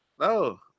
No